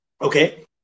okay